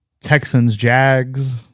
Texans-Jags